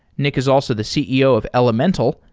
nick is also the ceo of elementl,